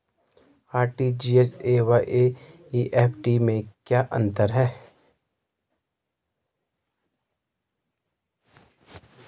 RTGS एवं NEFT में क्या अंतर है?